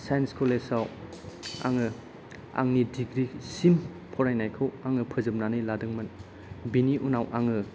science college आव आङो आंनि डिग्री सिम फरायनायखौ आङो फोजोबनानै लादोंमोन बेनि उनाव आङो